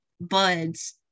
buds